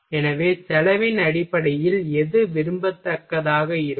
எனவே செலவின் அடிப்படையில் எது விரும்பத்தக்கதாக இருக்கும்